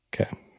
Okay